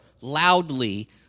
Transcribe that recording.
loudly